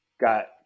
got